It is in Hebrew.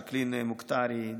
ג'קלין מוכתרי,